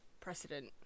precedent